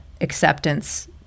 acceptance